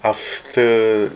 after